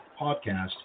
podcast